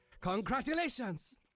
Congratulations